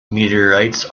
meteorites